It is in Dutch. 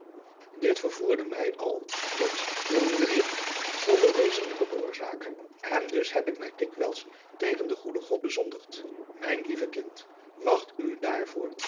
dit vervoerde mij al tot murmureren zonder wezenlijke oorzaak en dus heb ik mij dikwijls tegen den goeden god bezondigd mijn lieve kind wacht u daarvoor